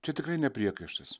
čia tikrai ne priekaištas